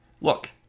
look